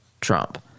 Trump